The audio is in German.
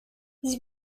sie